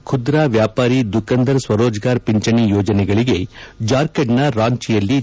ಖುದ್ರಾ ವ್ಯಾಪಾರಿ ದುಕಂದರ್ ಸ್ಲರೋಜ್ಗಾರ್ ಪಿಂಚಣಿ ಯೋಜನೆಗಳಿಗೆ ಜಾರ್ಖಂಡ್ನ ರಾಂಚಿಯಲ್ಲಿ ಚಾಲನೆ